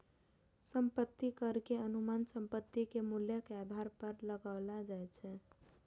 संपत्ति कर के अनुमान संपत्ति के मूल्य के आधार पर लगाओल जाइ छै